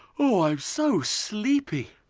oh, i am so sleepy.